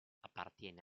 appartiene